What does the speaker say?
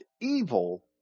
evil